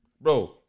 bro